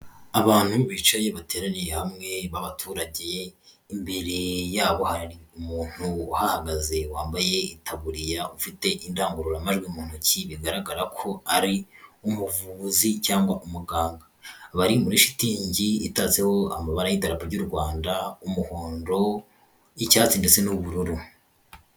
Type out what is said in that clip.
Abantu bicaye bateraniye hamwe b'abaturage, imbere yabo hari umuntu uhahagaze wambaye itaburiya, ufite indangururamajwi mu ntoki, bigaragara ko ari umuvuzi cyangwa umuganga, bari muri shitingi itatseho amabara y'idarapo ry'u Rwanda, umuhondo, icyatsi ndetse n'ubururu.